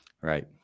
Right